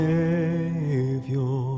Savior